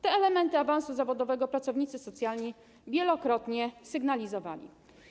Te elementy awansu zawodowego pracownicy socjalni wielokrotnie sygnalizowali.